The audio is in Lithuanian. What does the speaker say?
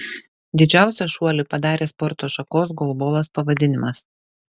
didžiausią šuolį padarė sporto šakos golbolas pavadinimas